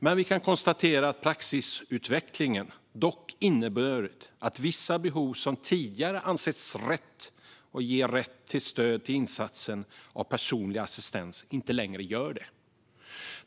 Men vi kan konstatera att praxisutvecklingen dock inneburit att vissa behov som tidigare har ansetts ge rätt till stöd för insatsen personlig assistans inte längre gör det.